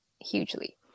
hugely